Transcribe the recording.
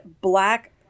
black